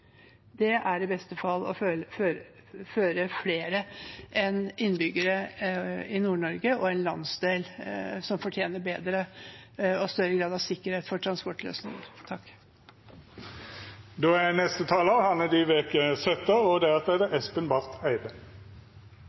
Det er i beste fall å føre flere bak lyset enn innbyggerne i Nord-Norge og en landsdel som fortjener bedre og større grad av sikkerhet for transportløsninger. Mange av oss som bor i Nord-Norge, har en helt annen oppfatning av landsdelen enn det